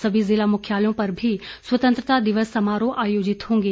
सभी जिला मुख्यालयों पर भी स्वतंत्रता दिवस समारोह आयोजित होंगे